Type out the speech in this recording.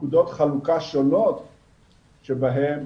נקודות חלוקה שונות שבהן